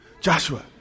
Joshua